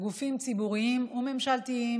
גופים ציבוריים וממשלתיים,